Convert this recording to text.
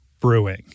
brewing